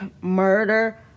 murder